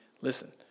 listen